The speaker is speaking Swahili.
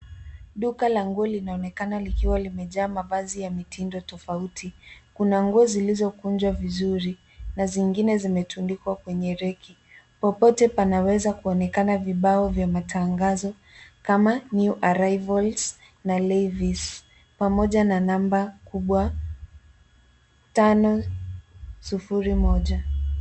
Duka la nguo linaonekana likiwa limejaa mavazi ya mitindo tofauti. Kuna nguo zilizokunjwa vizuri na zingine zimetundikwa kwenye reki. Popote panaweza kuonekana vibao vyenye tangazo kama new arrival na Levi's pamoja na namba kubwa tano sufuri moja.